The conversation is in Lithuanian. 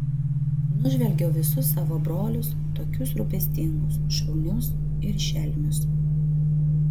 nužvelgiau visus savo brolius tokius rūpestingus šaunius ir šelmius